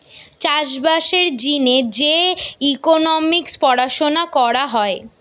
চাষ বাসের জিনে যে ইকোনোমিক্স পড়াশুনা করা হয়